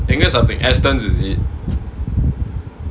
எங்க சாப்ட்ட:enga saaptta Astons is it